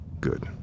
Good